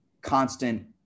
constant